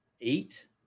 eight